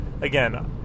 again